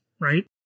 right